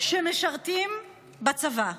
שמשרתים בצבא,